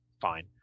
fine